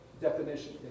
definition